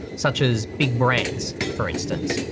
such as big brands, for instance.